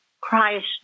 Christ